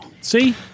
See